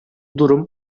durum